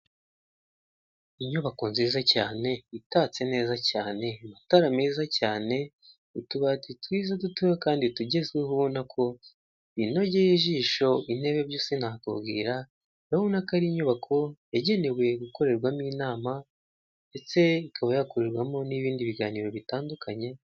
Inyubako nziza cyane, itatse neza cyane amatara meza cyane utubati twiza dutoya Kandi tugezweho, ubona ko binogeye ijisho intebe byo sinakubwira, ubona ko Ari inyubako yagenewe gukorerwamo inama, ndetse ni ibindi biganiro bitandukanye.